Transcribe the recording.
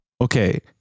Okay